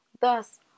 Thus